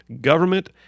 government